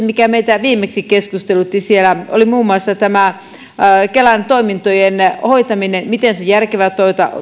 mikä meitä viimeksi keskustelutti siellä oli kelan toimintojen hoitaminen miten toiminnot on järkevää